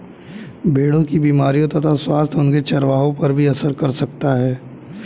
भेड़ों की बीमारियों तथा स्वास्थ्य उनके चरवाहों पर भी असर कर सकता है